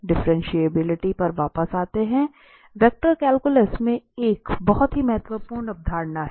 differentiability पर वापस आते है वेक्टर कैलकुलस में एक बहुत ही महत्वपूर्ण अवधारणा हैं